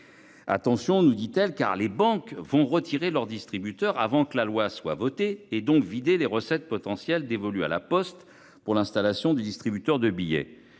Attention, nous dit-elle car les banques vont retirer leurs distributeurs avant que la loi soit votée et donc vider les recettes potentielles dévolu à la Poste pour l'installation du distributeurs de billets.